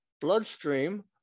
bloodstream